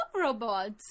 robots